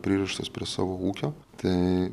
pririštas prie savo ūkio tai